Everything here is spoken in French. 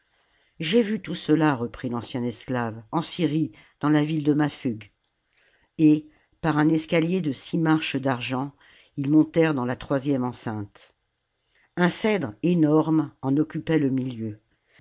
j'ai vu tout cela reprit l'ancien esclave en syrie dans la ville de maphug et par un escalier de six marches d'argent ils montèrent dans la troisième enceinte un cèdre énorme en occupait le milieu